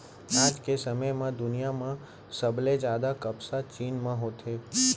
आज के समे म दुनिया म सबले जादा कपसा चीन म होथे